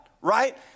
right